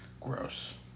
Gross